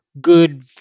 good